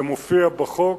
זה מופיע בחוק.